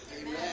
Amen